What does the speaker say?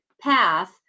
path